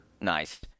Nice